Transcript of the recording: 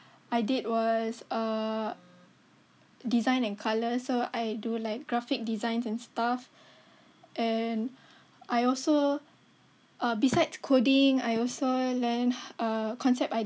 I did was uh design and colour so I do like graphic designs and stuff and I also uh besides coding I also learn uh concept